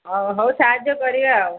ହଉ ହଉ ସାହାଯ୍ୟ କରିବା ଆଉ